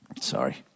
Sorry